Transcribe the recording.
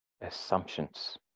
assumptions